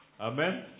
Amen